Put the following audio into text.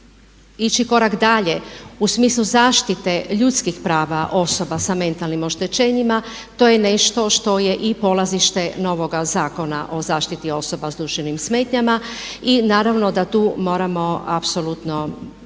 ići korak dalje u smislu zaštite ljudskih prava osoba sa mentalnim oštećenjima to je nešto što je i polazište novoga Zakona o zaštiti osoba sa duševnim smetnjama. I naravno da tu moramo apsolutno